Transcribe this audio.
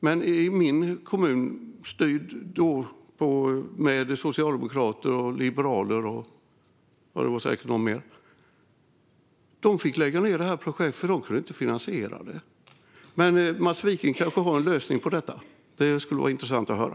Men i min kommun, som då styrdes av Socialdemokraterna, Liberalerna och säkert något ytterligare parti, fick man lägga ned projektet eftersom man inte kunde finansiera det. Mats Wiking har kanske en lösning på detta. Det vore intressant att höra.